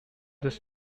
this